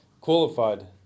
qualified